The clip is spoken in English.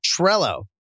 Trello